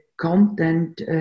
content